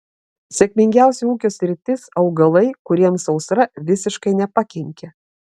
sėkmingiausia ūkio sritis augalai kuriems sausra visiškai nepakenkė